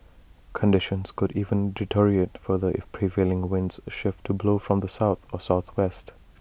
conditions could even deteriorate further if prevailing winds shift to blow from the south or southwest